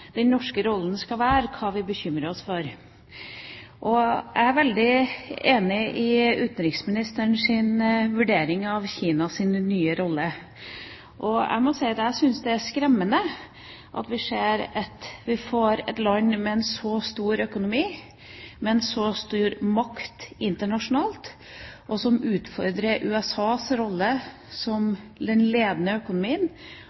den norske rollen skal være, og hva vi bekymrer oss for. Jeg er veldig enig i utenriksministerens vurdering av Kinas nye rolle. Jeg syns det er skremmende at vi har et land med en så stor økonomi, med en så stor makt internasjonalt, som utfordrer USAs rolle